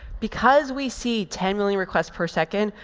because we see ten million requests per second,